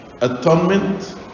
atonement